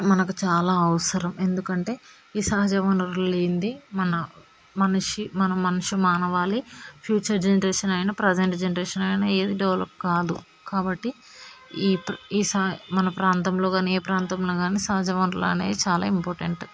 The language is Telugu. మనకి చాలా అవసరం ఎందుకంటే ఈ సహజ వనరులు లేనిదే మన మనిషి మన మనిషి మానవాళి ఫ్యూచర్ జనరేషన్ అయినా ప్రెజంట్ జనరేషన్ అయినా ఏది డెవలప్ కాదు కాబట్టి మన ప్రాంతంలో కానీ ఏ ప్రాంతంలో కానీ సహజ వనరులు అనేవి చాలా ఇంపార్టెంట్